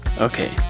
Okay